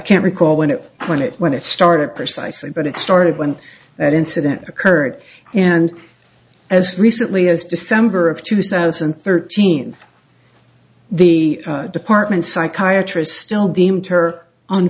can't recall when it when it when it started precisely but it started when that incident occurred and as recently as december of two thousand and thirteen the department psychiatry's still deemed her